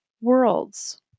worlds